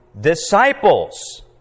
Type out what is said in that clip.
Disciples